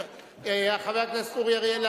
חבר הכנסת אורי אריאל,